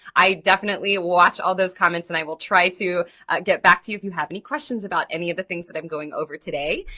i definitely watch all those comments and i will try to get back to you if you have any questions about any of the things that i'm going over today.